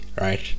Right